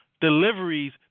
deliveries